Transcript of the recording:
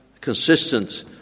consistent